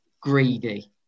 Greedy